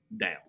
down